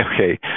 okay